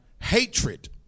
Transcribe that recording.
Hatred